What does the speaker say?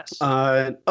Yes